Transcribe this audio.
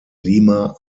lima